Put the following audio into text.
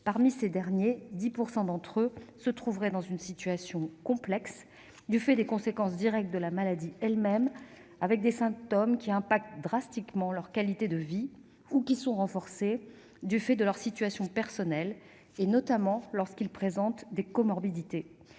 Parmi ces dernières, 10 % se trouveraient dans une situation « complexe » du fait des conséquences directes de la maladie elle-même, avec des symptômes qui affectent drastiquement leur qualité de vie ou qui sont renforcés par leur situation personnelle, notamment lorsqu'elles présentent des comorbidités.